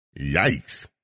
Yikes